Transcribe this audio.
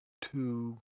two